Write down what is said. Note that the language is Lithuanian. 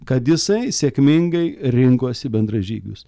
kad jisai sėkmingai rinkosi bendražygius